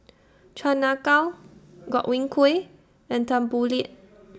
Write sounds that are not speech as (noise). Chan Ah Kow (noise) Godwin Koay and Tan Boo Liat (noise)